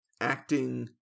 acting